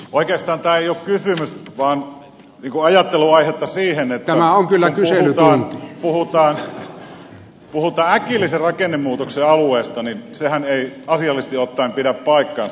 oikeastaan tämä ei ole kysymys vaan niin kuin ajattelunaihetta siihen että kun puhutaan äkillisen rakennemuutoksen alueesta niin sehän ei asiallisesti ottaen pidä paikkaansa